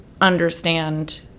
understand